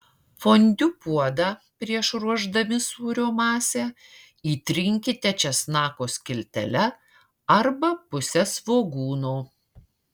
fondiu puodą prieš ruošdami sūrio masę įtrinkite česnako skiltele arba puse svogūno